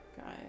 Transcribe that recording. guys